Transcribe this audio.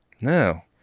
No